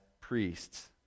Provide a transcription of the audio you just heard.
priests